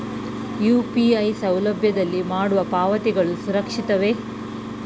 UPI ಸೌಲಭ್ಯದಲ್ಲಿ ಮಾಡುವ ಪಾವತಿಗಳು ಸುರಕ್ಷಿತವೇ?